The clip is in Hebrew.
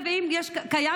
רגע, רגע, שר האוצר.